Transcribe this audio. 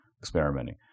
experimenting